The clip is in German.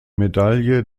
medaille